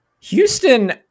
Houston